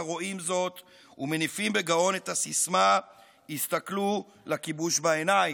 רואים זאת ומניפים בגאון את הסיסמה "הסתכלו לכיבוש בעיניים".